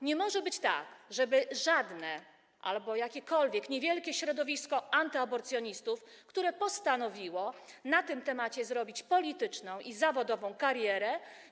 Nie może być tak, że żadne albo jakiekolwiek niewielkie środowisko antyaborcjonistów, które postanowiło zrobić na tym temacie polityczną i zawodową karierę.